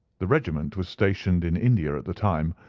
the regiment was stationed in india at the time,